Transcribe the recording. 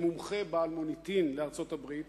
כמומחה בעל מוניטין לארצות-הברית,